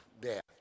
death